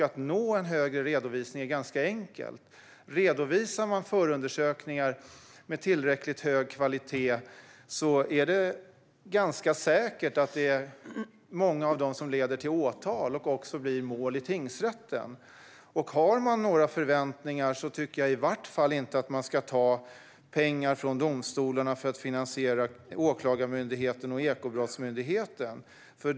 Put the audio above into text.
Att nå en högre redovisning är ganska enkelt. Om man redovisar förundersökningar med tillräckligt hög kvalitet leder ganska säkert många av dem till åtal och blir också mål i tingsrätten. Om man har några förväntningar tycker jag i varje fall inte att man ska ta pengar från domstolarna för att finansiera Åklagarmyndigheten och Ekobrottsmyndigheten.